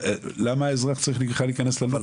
למה האזרח צריך בכלל להיכנס לדבר הזה?